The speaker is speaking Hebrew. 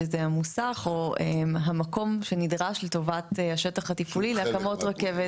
שזה המוסך או המקום שנדרש לטובת השטח התפעולי להקמות רכבת.